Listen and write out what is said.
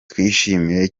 twishimiye